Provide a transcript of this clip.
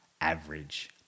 average